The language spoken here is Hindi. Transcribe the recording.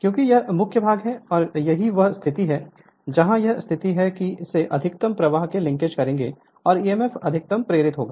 क्योंकि यह मुख्य भाग है और यही वह स्थिति है जहां यह स्थिति है कि ये अधिकतम प्रवाह को लिंक करेंगे और ईएमएफ अधिकतम प्रेरित होगा